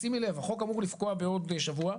תשימי לב שהחוק אמור לפקוע בעוד שבוע.